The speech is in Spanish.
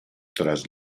tras